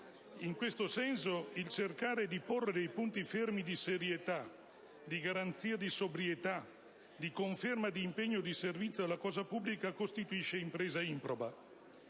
In questo senso, cercare di porre dei punti fermi di serietà, di garanzia di sobrietà, di conferma di impegno di servizio alla cosa pubblica costituisce impresa improba.